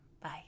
bye